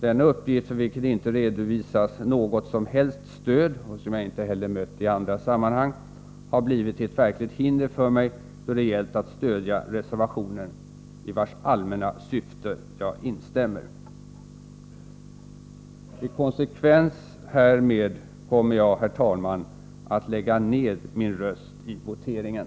Denna uppgift, för vilken det inte redovisas något som helst stöd och som jag ej heller mött i andra sammanhang, har blivit till ett verkligt hinder för mig, då det gällt att stödja reservationen, i vars allmänna syfte jag instämmer. I konsekvens härmed kommer jag, herr talman, att lägga ned min röst vid voteringen.